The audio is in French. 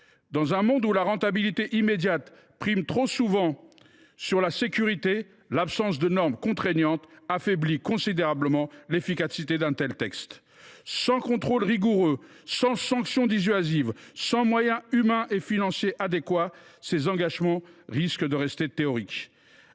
dans un monde où la rentabilité immédiate prime trop souvent sur la sécurité, l’absence de normes contraignantes affaiblit considérablement l’efficacité d’un tel texte. Sans contrôles rigoureux, sans sanctions dissuasives, sans moyens humains et financiers adéquats, ces engagements risquent de rester théoriques.